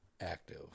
active